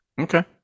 okay